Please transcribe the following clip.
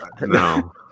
No